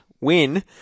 win